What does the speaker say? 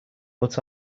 but